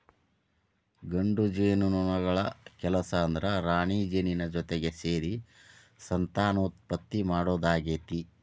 ಗಂಡು ಜೇನುನೊಣಗಳ ಕೆಲಸ ಅಂದ್ರ ರಾಣಿಜೇನಿನ ಜೊತಿಗೆ ಸೇರಿ ಸಂತಾನೋತ್ಪತ್ತಿ ಮಾಡೋದಾಗೇತಿ